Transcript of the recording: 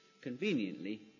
conveniently